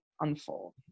unfold